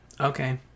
okay